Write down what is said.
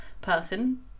person